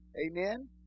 Amen